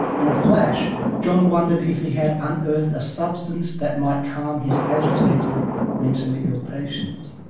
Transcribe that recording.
in a flash john wondered if he had unearthed a substance that might calm his agitated mentally-ill patients.